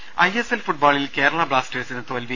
ദരദ I S L ഫുട്ബോളിൽ കേരള ബ്ലാസ്റ്റേഴ്സിന് തോൽവി